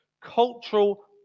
Cultural